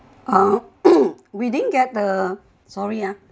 uh we didn't get the sorry ah